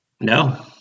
No